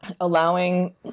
allowing